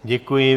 Děkuji.